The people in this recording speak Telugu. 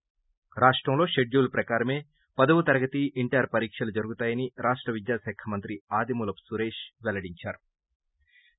ి రాష్టంలో షెడ్యూల్ ప్రకారమే పది ఇంటర్ పరీక్షలు జరుగుతాయని రాష్ట విద్యాశాఖ మంత్రి ఆదిమూలపు సురేశ్ పెల్లడించారు